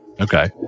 okay